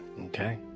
Okay